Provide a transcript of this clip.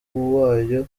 wayo